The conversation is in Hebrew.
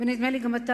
ונדמה לי גם אתה,